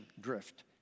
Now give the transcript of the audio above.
drift